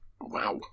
Wow